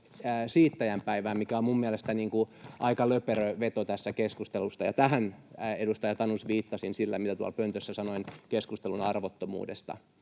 siittäjän päivää, mikä on minun mielestäni aika löperö veto tässä keskustelussa, ja tähän, edustaja Tanus, viittasin sillä, mitä tuolla pöntössä sanoin keskustelun arvottomuudesta.